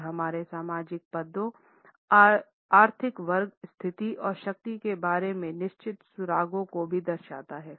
और हमारे सामाजिक पदों आर्थिक वर्ग स्थिति और शक्ति के बारे में निश्चित सुरागों को भी दर्शाता है